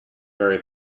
very